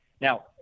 Now